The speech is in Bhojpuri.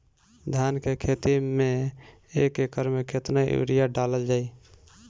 धान के खेती में एक एकड़ में केतना यूरिया डालल जाई?